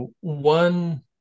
one